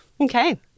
Okay